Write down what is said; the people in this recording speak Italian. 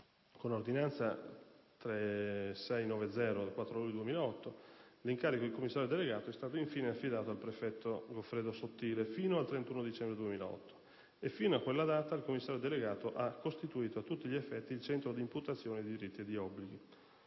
Con ordinanza n. 3690 del 4 luglio 2008, l'incarico di Commissario delegato è stato infine affidato al prefetto Goffredo Sottile fino al 31 dicembre 2008 e fino a quella data il Commissario delegato ha costituito a tutti gli effetti il centro di imputazione di diritti ed obblighi.